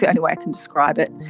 the only way i can describe it.